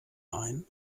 ein